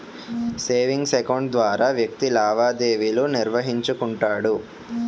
savings account ద్వారా వ్యక్తి లావాదేవీలు నిర్వహించుకుంటాడు